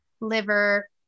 liver